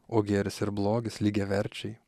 o gėris ir blogis lygiaverčiai